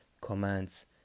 commands